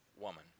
woman